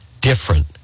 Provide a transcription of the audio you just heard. different